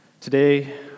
Today